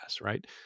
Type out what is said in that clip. right